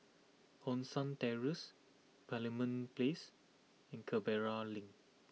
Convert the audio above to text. Hong San Terrace Parliament Place and Canberra Link